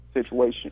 situation